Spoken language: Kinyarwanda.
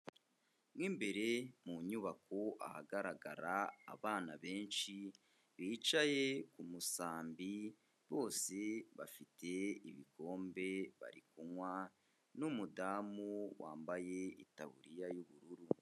Mo imbere mu nyubako ahagaragara abana benshi bicaye ku musambi, bose bafite ibikombe bari kunywa n'umudamu wambaye itaburiya y'ubururu.